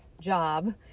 job